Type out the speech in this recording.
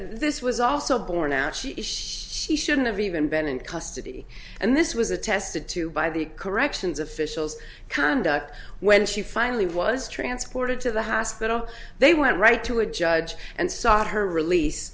this was also borne out she she shouldn't have even been in custody and this was attested to by the corrections officials conduct when she finally was transported to the haskell they went right to a judge and sought her release